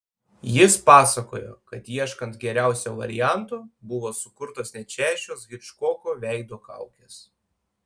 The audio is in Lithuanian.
jis pasakojo kad ieškant geriausio varianto buvo sukurtos net šešios hičkoko veido kaukės